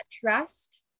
trust